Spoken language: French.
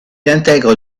intègre